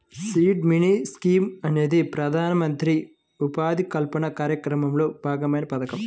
seed money scheme అనేది ప్రధానమంత్రి ఉపాధి కల్పన కార్యక్రమంలో భాగమైన పథకం